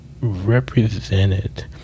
represented